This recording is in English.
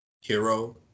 Hero